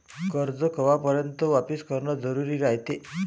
कर्ज कवापर्यंत वापिस करन जरुरी रायते?